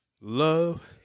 love